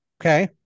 Okay